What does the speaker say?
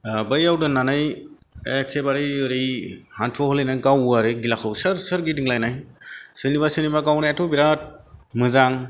बैयाव दोननानै एक्केबारे ओरै हान्थुआव होलायनानै गावो आरो गिलाखौ सोर सोर गिदिंलायनाय सोरनिबा सोरनिबा गावनायाथ' बेराद मोजां